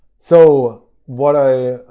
so what i,